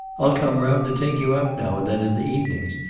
i'll come round to take you out now and then, in the evenings.